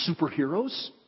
superheroes